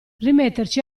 rimetterci